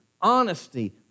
honesty